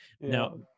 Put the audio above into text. Now